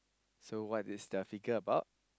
so what is the figure about